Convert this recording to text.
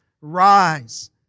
Rise